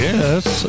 Yes